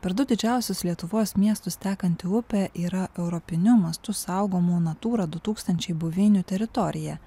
per du didžiausius lietuvos miestus tekanti upė yra europiniu mastu saugomų natūra du tūkstančiai buveinių teritorija